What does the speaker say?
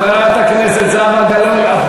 חברת הכנסת זהבה גלאון,